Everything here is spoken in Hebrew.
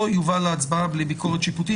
לא יובא להצבעה בלי ביקורת שיפוטית.